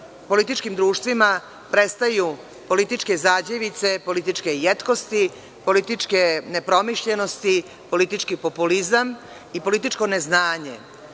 političkim društvima, prestaju političke zađevice, političke jetkosti, političke nepromišljenosti, politički populizam i političko neznanje,